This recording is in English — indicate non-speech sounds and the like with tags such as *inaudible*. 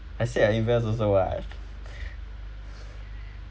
I say I invest also [what] *breath*